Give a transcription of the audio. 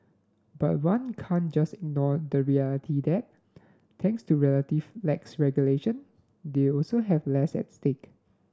but one can't just ignore the reality that thanks to relative lax regulation they also have less at stake